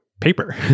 paper